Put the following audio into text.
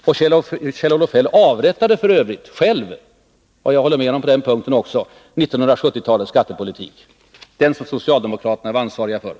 Kjell-Olof Feldt avrättade f. ö. själv — jag håller med på den punkten — 1970-talets skattepolitik, den som socialdemokraterna var ansvariga för.